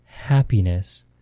Happiness